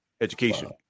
education